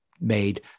made